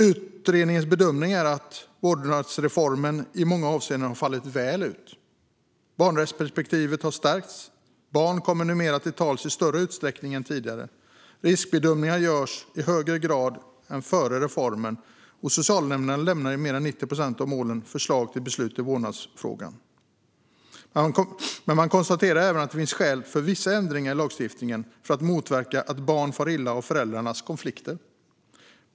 Utredningens bedömning är att vårdnadsreformen i många avseenden har fallit väl ut. Barnrättsperspektivet har stärkts. Barn kommer numera till tals i större utsträckning än tidigare. Riskbedömningar görs i högre grad än före reformen. Socialnämnderna lämnar i mer än 90 procent av målen förslag till beslut i vårdnadsfrågan. Men man konstaterar även att det finns skäl för vissa ändringar i lagstiftningen för att motverka att barn far illa av föräldrarnas konflikter.